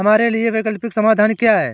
हमारे लिए वैकल्पिक समाधान क्या है?